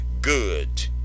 good